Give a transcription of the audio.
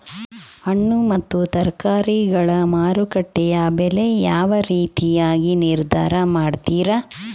ಹಣ್ಣು ಮತ್ತು ತರಕಾರಿಗಳ ಮಾರುಕಟ್ಟೆಯ ಬೆಲೆ ಯಾವ ರೇತಿಯಾಗಿ ನಿರ್ಧಾರ ಮಾಡ್ತಿರಾ?